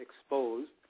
Exposed